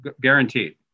guaranteed